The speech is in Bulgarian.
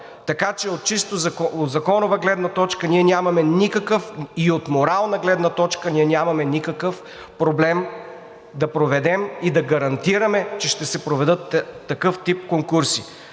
Така че от законова и от морална гледна точка ние нямаме никакъв проблем да проведем, да гарантираме, че ще се проведат такъв тип конкурси.